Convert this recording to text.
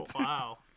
Wow